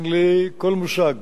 אין לי כל מושג